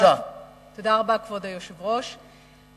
כבוד היושב-ראש,